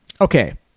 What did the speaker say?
okay